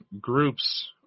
groups